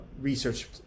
research